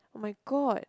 my god